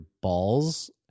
balls